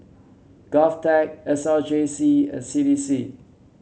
Govtech S R J C and C D C